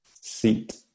seat